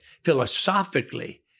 philosophically